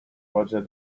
roger